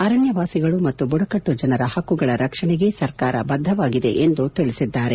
ಅರಣ್ಯವಾಸಿಗಳು ಮತ್ತು ಬುಡಕಟ್ಟು ಜನರ ಹಕ್ಕುಗಳ ರಕ್ಷಣೆಗೆ ಸರ್ಕಾರ ಬದ್ದವಾಗಿದೆ ಎಂದು ತಿಳಿಸಿದ್ದಾರೆ